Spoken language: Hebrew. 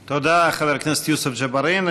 תודה, חבר הכנסת יוסף ג'בארין.